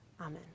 Amen